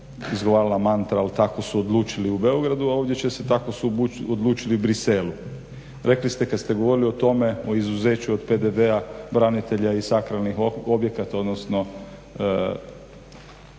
izgovarala mantra ali tako su odlučili u Beogradu, a ovdje će se tako su odlučili u Bruxellesu. Rekli ste kad ste govorili o tome, o izuzeću od PDV-a branitelja i sakralnih objekata, odnosno